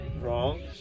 wrong